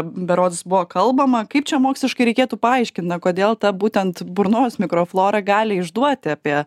berods buvo kalbama kaip čia moksliškai reikėtų paaiškint na kodėl ta būtent burnos mikroflora gali išduoti apie